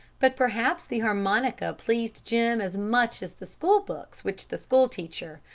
but perhaps the harmonica pleased jim as much as the schoolbooks which the school-teacher,